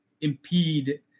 impede